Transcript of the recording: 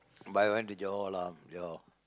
but I went to Johor lah Johor